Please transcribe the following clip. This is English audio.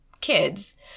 kids